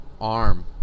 arm